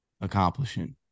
accomplishing